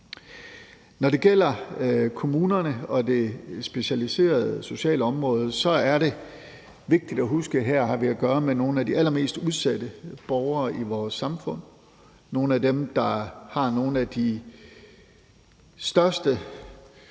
Når det gælder kommunerne og det specialiserede socialområde, er det vigtigt at huske, at vi her har at gøre med nogle af de allermest udsatte borgere i vores samfund, altså nogle af dem, der har nogle af de største